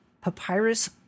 papyrus